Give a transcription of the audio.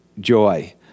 joy